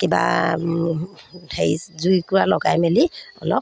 কিবা হেৰি জুইকুৰা লগাই মেলি অলপ